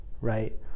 right